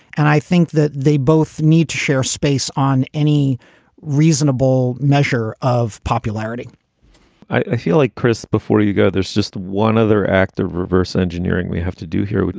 and i think that they both need to share space on any reasonable measure of popularity i feel like, chris, before you go, there's just one other act of reverse engineering we have to do here,